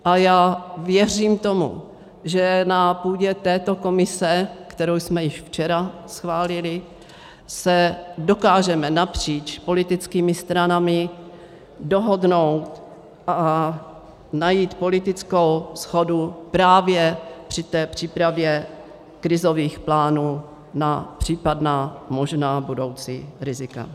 A já věřím tomu, že na půdě této komise, kterou jsme již včera schválili, se dokážeme napříč politickými stranami dohodnout a najít politickou shodu právě při té přípravě krizových plánů na případná možná budoucí rizika.